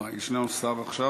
יש שר עכשיו,